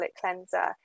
cleanser